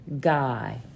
Guy